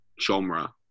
genre